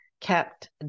kept